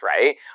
right